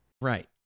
Right